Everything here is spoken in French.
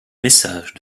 message